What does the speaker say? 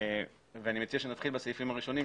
אני מציע שנתחיל בסעיפים הראשונים,